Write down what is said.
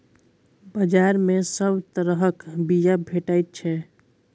बजार मे सब तरहक बीया भेटै छै